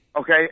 Okay